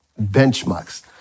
benchmarks